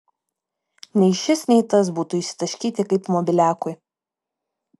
nei šis nei tas būtų išsitaškyti kaip mobiliakui